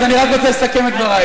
אז אני רק רוצה לסכם את דברי.